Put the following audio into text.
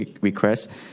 requests